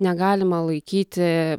negalima laikyti